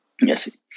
Yes